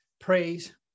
praise